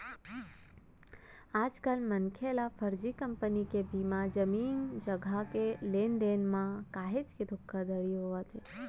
आजकल मनसे ल फरजी कंपनी के बीमा, जमीन जघा के लेन देन म काहेच के धोखाघड़ी होवत हे